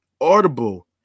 audible